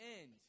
end